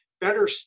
better